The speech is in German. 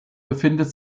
befindet